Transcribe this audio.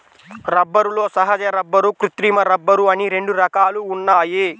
రబ్బరులో సహజ రబ్బరు, కృత్రిమ రబ్బరు అని రెండు రకాలు ఉన్నాయి